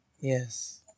yes